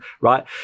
right